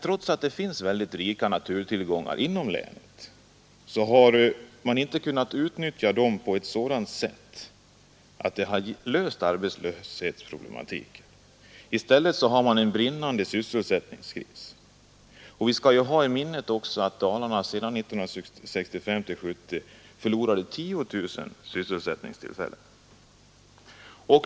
Trots att det finns väldigt rika naturtillgångar inom länet har man inte kunnat utnyttja dem på ett sådant sätt att det har löst arbetslöshetsproblematiken. I stället har man en brinnande sysselsättningskris. Vi skall också ha i minnet att Dalarna 1965—1970 förlorade 10 000 sysselsättningstillfällen.